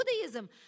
Buddhism